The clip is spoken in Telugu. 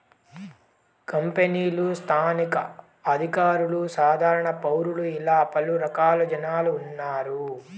కంపెనీలు స్థానిక అధికారులు సాధారణ పౌరులు ఇలా పలు రకాల జనాలు ఉన్నారు